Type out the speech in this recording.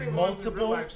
multiple